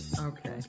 Okay